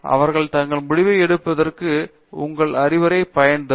அவர்கள் தங்கள் முடிவை எடுப்பதற்கு உங்கள் அறிவுரையை பயன் தரும்